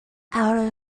out